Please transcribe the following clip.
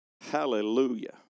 Hallelujah